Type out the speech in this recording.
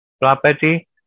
property